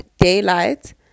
Daylight